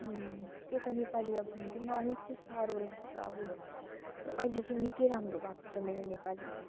त्यही त नेपाली अब हुन्छ नि मलाई अलिक चाहिँ साह्रो लाग्छ अब तर अहिले चाहिँ निकै राम्रो भएको छ मेरो नेपाली